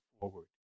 forward